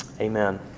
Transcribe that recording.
Amen